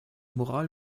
moral